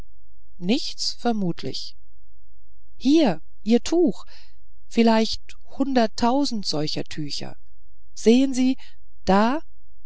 nichts vermutlich hier ihr tuch vielleicht hunderttausend solcher tücher sehen sie da